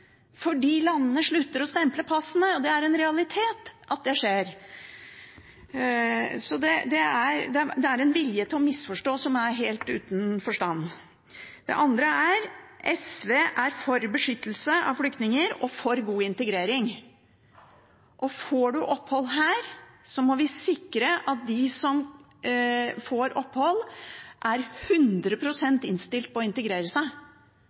fordi landene slutter å stemple passene. Det er en realitet at det skjer. Det er en vilje til å misforstå som er helt uten forstand. Videre er SV for beskyttelse av flyktninger og for god integrering. Gir man opphold her, må vi sikre at de som får opphold, er 100 pst. innstilt på å integrere seg.